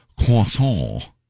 Croissant